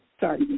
Sorry